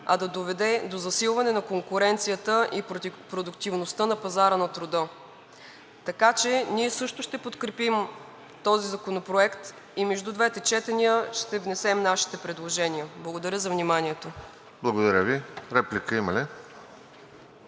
а да доведе до засилване на конкуренцията и продуктивността на пазара на труда. Ние също ще подкрепим този законопроект и между двете четения ще внесем нашите предложения. Благодаря за вниманието. ПРЕДСЕДАТЕЛ РОСЕН